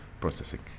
processing